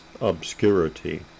obscurity